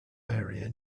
area